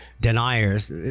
deniers